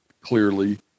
clearly